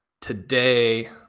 today